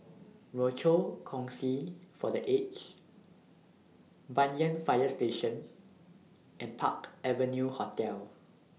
Rochor Kongsi For The Aged Banyan Fire Station and Park Avenue Hotel